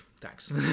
thanks